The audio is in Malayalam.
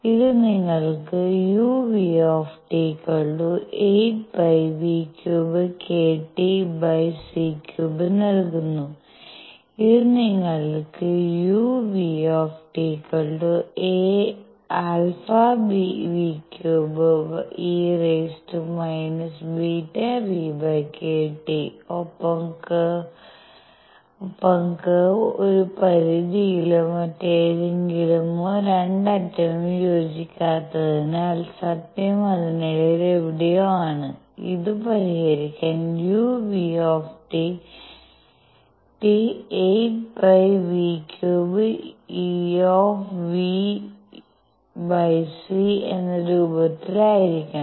ഇത് നിങ്ങൾക്ക് uν 8πν³KTc³ നൽകുന്നു ഇത് നിങ്ങൾക്ക് uν α ν³ e⁻ᵝᵛᴷᵀ ഒപ്പം കർവ് ഒരു പരിധിയിലോ മറ്റേതെങ്കിലുമോ രണ്ടറ്റവും യോജിക്കാത്തതിനാൽ സത്യം അതിനിടയിൽ എവിടെയോ ആണ് ഇതു പരിഹരിക്കാൻ uν 8πv³Ec എന്നാ രൂപത്തിലായിരിക്കണം